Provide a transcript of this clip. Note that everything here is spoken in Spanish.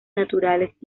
naturales